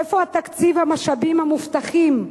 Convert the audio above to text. איפה התקציב והמשאבים המובטחים?